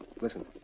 Listen